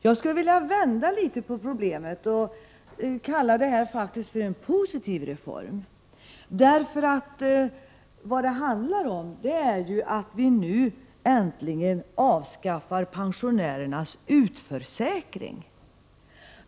Jag skulle vilja vända något på problemet och kalla detta en positiv reform. Vad det handlar om är att vi nu äntligen avskaffar pensionärernas utförsäkring.